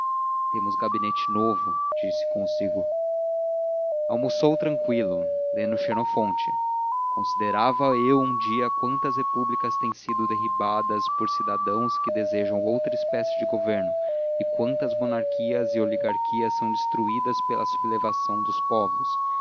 temos gabinete novo disse consigo almoçou tranquilo lendo xenofonte considerava eu um dia quantas repúblicas têm sido derribadas por cidadãos que desejam outra espécie de governo e quantas monarquias e oligarquias são destruídas pela sublevação dos povos